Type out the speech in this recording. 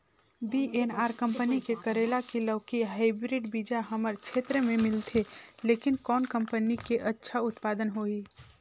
VNR company के करेला की लौकी हाईब्रिड बीजा हमर क्षेत्र मे मिलथे, लेकिन कौन कंपनी के अच्छा उत्पादन होही?